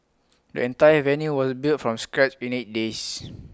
the entire venue was built from scratch in eight days